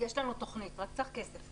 יש לנו תוכנית, רק צריך כסף.